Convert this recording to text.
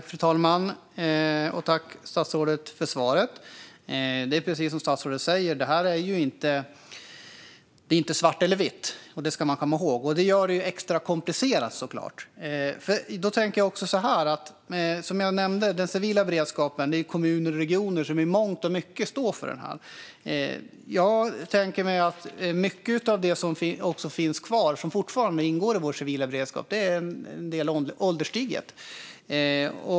Fru talman! Tack, statsrådet, för svaret! Det här är, precis som statsrådet säger, inte svart eller vitt - det ska man komma ihåg - och det gör det såklart också extra komplicerat. När det gäller den civila beredskapen är det kommuner och regioner som i mångt och mycket står för det här. Jag tänker mig att mycket av det som finns kvar och som fortfarande ingår i vår civila beredskap är ålderstiget.